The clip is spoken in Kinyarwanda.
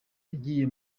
yagiye